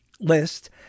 list